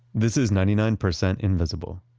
this is ninety nine percent invisible.